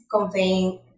conveying